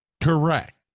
Correct